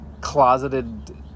closeted